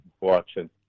watching